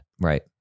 Right